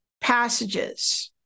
passages